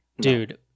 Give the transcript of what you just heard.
Dude